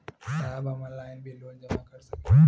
साहब हम ऑनलाइन भी लोन जमा कर सकीला?